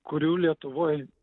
kurių lietuvoj